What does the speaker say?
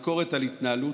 להסיר את זה מסדר-היום.